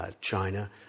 China